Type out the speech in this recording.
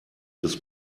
des